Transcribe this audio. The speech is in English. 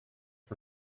for